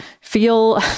feel